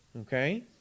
Okay